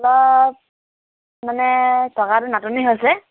অলপ মানে টকাটো নাটনি হৈছে